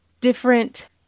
different